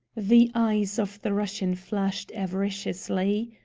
the eyes of the russian flashed avariciously.